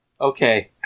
okay